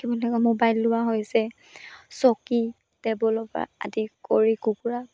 কি বুলি মোবাইল লোৱা হৈছে চকী টেবুলৰ পৰা আদি কৰি কুকুৰা